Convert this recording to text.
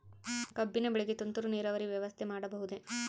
ಕಬ್ಬಿನ ಬೆಳೆಗೆ ತುಂತುರು ನೇರಾವರಿ ವ್ಯವಸ್ಥೆ ಮಾಡಬಹುದೇ?